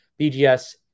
BGS